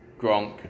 Gronk